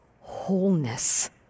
Wholeness